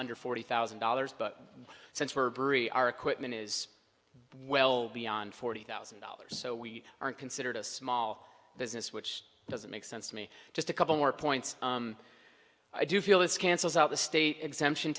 under forty thousand dollars but cents were bery our equipment is well beyond forty thousand dollars so we aren't considered a small business which doesn't make sense to me just a couple more points i do feel is cancels out the state exemption